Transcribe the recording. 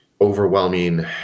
overwhelming